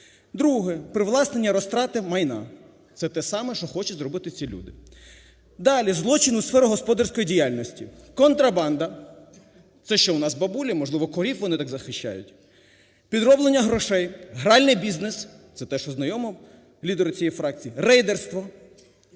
Друге. Привласнення розтрати майна – це те саме, що хочуть зробити ці люди. Далі. Злочин у сфері господарської діяльності, контрабанда. Це що в нас –бабулі? Можливо, корів вони так захищають? Підроблення грошей, гральний бізнес – це те, що знайомо лідеру цієї фракції, рейдерство,